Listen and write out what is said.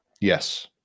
Yes